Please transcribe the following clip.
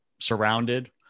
surrounded